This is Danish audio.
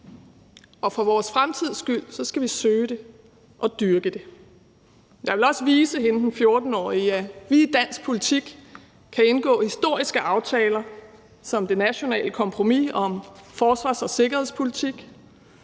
og for vores fremtids skyld skal vi søge det og dyrke det. Jeg vil også vise hende den 14-årige, at vi i dansk politik kan indgå historiske aftaler som det nationale kompromis og om forsvars- og sikkerhedspolitik,